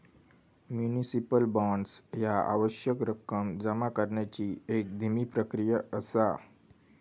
municipal bonds ह्या आवश्यक रक्कम जमा करण्याची एक धीमी प्रक्रिया असा